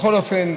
בכל אופן,